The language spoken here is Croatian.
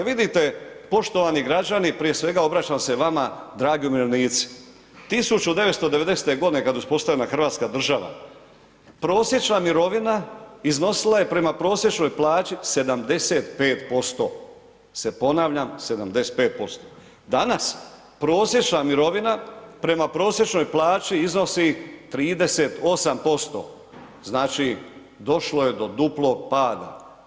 Vidite poštovani građani prije svega obraćam se vama dragi umirovljenici, 1990.g. kad je uspostavljena hrvatska država prosječna mirovina iznosila je prema prosječnoj plaći 75% se ponavljam 75%, danas prosječna mirovina prema prosječnoj plaći iznosi 38%, znači došlo je do duplog pada.